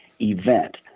event